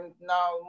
now